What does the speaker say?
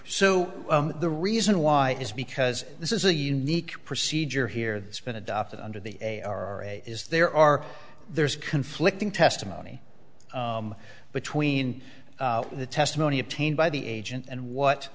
so the reason why is because this is a unique procedure here that's been adopted under the a are a is there are there's conflicting testimony between the testimony obtained by the agent and what